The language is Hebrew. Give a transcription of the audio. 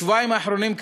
בשבועיים האחרונים,